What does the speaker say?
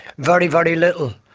very, very little.